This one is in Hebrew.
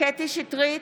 קטי קטרין שטרית,